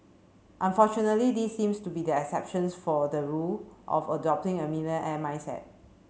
unfortunately these seems to be the exceptions for the rule of adopting a millionaire mindset